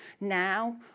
Now